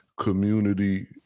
community